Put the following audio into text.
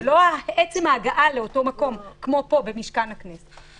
ולא עצם ההגעה לאותו מקום, כמו פה במשכן הכנסת.